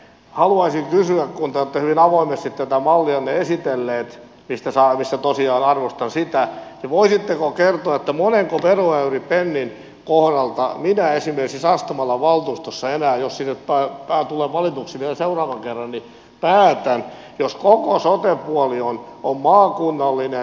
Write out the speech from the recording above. haluaisin kysyä kun te olette hyvin avoimesti tätä mallianne esitelleet mitä tosiaan arvostan voisitteko kertoa monenko veroäyripennin kohdalta minä esimerkiksi sastamalan valtuustossa enää jos sinne tulen valituksi vielä seuraavan kerran päätän jos koko sote puoli on maakunnallinen